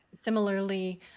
Similarly